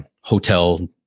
hotel